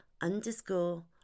underscore